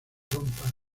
trompa